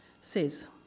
says